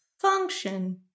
function